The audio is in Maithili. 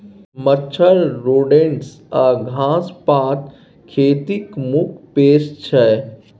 मच्छर, रोडेन्ट्स आ घास पात खेतीक मुख्य पेस्ट छै